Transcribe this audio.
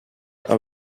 are